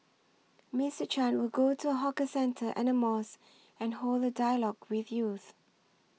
Mister Chan will go to a hawker centre and a mosque and hold a dialogue with youth